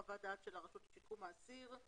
חוות דעת של הרשות לשיקום האסיר.